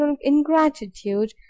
ingratitude